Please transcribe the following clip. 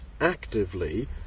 actively